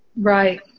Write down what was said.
Right